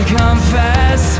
confess